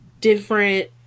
different